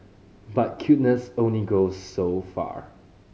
but cuteness only goes so far